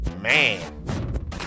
Man